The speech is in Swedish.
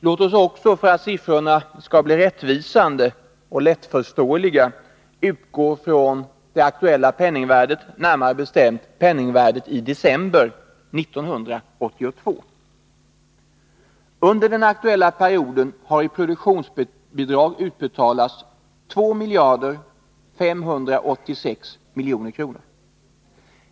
Låt oss också, för att siffrorna skall bli rättvisande och lättförståeliga, utgå från det aktuella penningvärdet, närmare bestämt penningvärdet i december 1982. Under den aktuella perioden har i produktionsbidrag utbetalats 2 586 milj.kr.